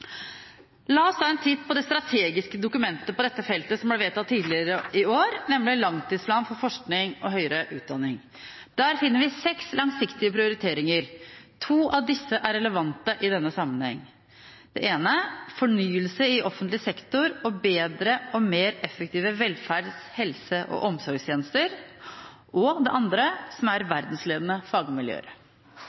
La oss ta en titt på det strategiske dokumentet på dette feltet som ble vedtatt tidligere i år, nemlig Langtidsplan for forskning og høyere utdanning. Der finner vi seks langsiktige prioriteringer. To av disse er relevante i denne sammenheng: fornyelse i offentlig sektor og bedre og mer effektive velferds-, helse- og omsorgstjenester verdensledende fagmiljøer I meldingen argumenteres det godt for at forskning og høyere utdanning er